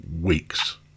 weeks